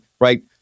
right